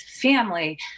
family